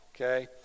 okay